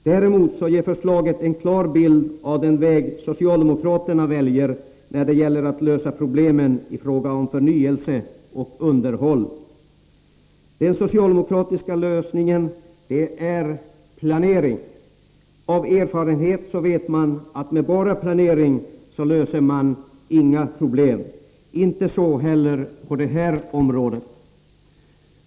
Däremot ger förslaget en klar bild av den väg socialdemokraterna väljer när det gäller att lösa problemen i fråga om förnyelse och underhåll. Den socialdemokratiska lösningen innebär planering. Men av erfarenhet vet vi att med bara planering löser man inga problem, så inte heller på det här området.